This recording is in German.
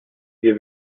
wir